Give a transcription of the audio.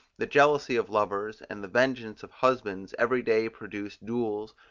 the jealousy of lovers, and the vengeance of husbands every day produce duels,